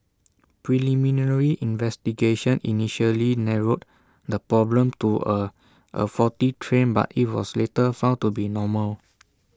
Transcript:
preliminary investigation initially narrowed the problem to A a faulty train but IT was later found to be normal